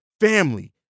family